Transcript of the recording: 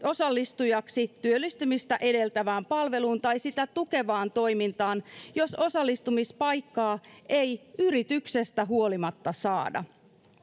osallistujaksi työllistymistä edistävään palveluun tai sitä tukevaan toimintaan jos osallistumispaikkaa ei yrityksestä huolimatta saada